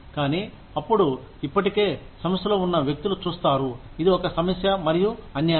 కానీ అప్పుడు ఇప్పటికే సంస్థలో ఉన్న వ్యక్తులు చూస్తారు ఇది ఒక సమస్య మరియు అన్యాయం